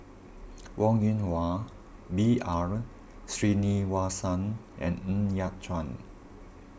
Wong Yoon Wah B R Sreenivasan and Ng Yat Chuan